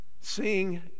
Sing